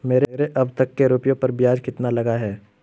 मेरे अब तक के रुपयों पर ब्याज कितना लगा है?